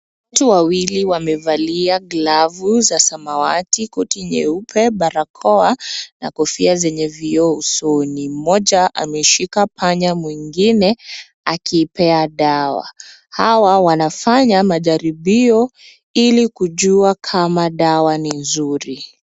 Watu wawili wamevalia glovu za samawati, koti nyeupe, barakoa na kofia zenye vioo usoni. Mmoja ameshika panya ,mwingine akiipea dawa. hawa wanafanya majaribio ili kujua kama dawa ni mzuri.